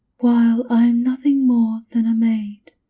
while i'm nothing more than a maid,